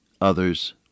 others